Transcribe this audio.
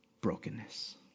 Brokenness